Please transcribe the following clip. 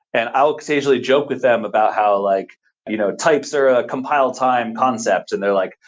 and i'll occasionally joke with them about how like you know types are ah compile time concepts. and they're like,